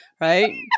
Right